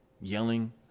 yelling